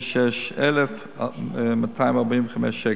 ו-876,245 שקל.